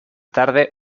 tarde